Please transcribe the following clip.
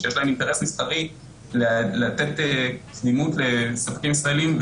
שיש להן אינטרס מסחרי לתת קדימות לספקים ישראלים,